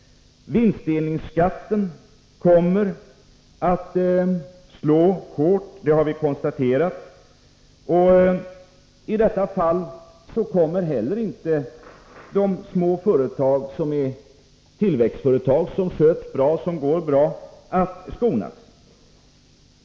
Vinstdelningsskatten kommer att slå hårt, det har vi konstaterat, och i detta fall kommer heller inte de små företagen, som är tillväxtföretag och som sköts bra, att skonas.